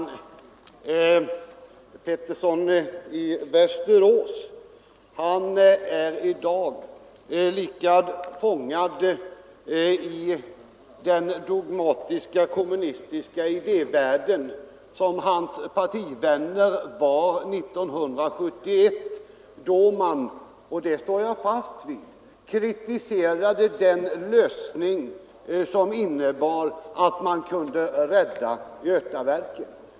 Herr Pettersson i Västerås är i dag lika fångad i den dogmatiska kommunistiska idévärlden som hans partivänner var 1971, då de — det står jag fast vid — kritiserade den lösning som innebar att man kunde rädda Götaverken.